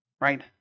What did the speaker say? right